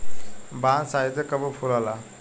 बांस शायदे कबो फुलाला